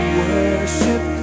worship